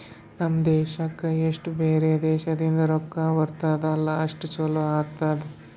ನಮ್ ದೇಶಕ್ಕೆ ಎಸ್ಟ್ ಬ್ಯಾರೆ ದೇಶದಿಂದ್ ರೊಕ್ಕಾ ಬರ್ತುದ್ ಅಲ್ಲಾ ಅಷ್ಟು ಛಲೋ ಆತ್ತುದ್